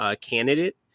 candidate